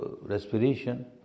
respiration